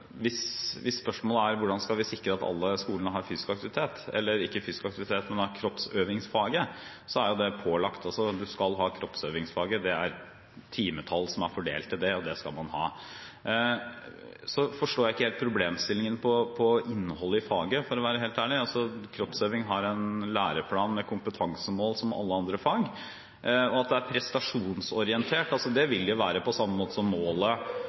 Hvis spørsmålet er hvordan vi skal sikre at alle skolene har fysisk aktivitet – ikke fysisk aktivitet, men kroppsøvingsfaget, så er det pålagt. Man skal ha kroppsøvingsfaget, det er timetall som er fordelt til det, og det skal man ha. For å være helt ærlig forstår jeg ikke helt problemstillingen når det gjelder innholdet i faget. Kroppsøving har en læreplan med kompetansemål som alle andre fag. At det er prestasjonsorientert – det vil det være. På samme måte som målet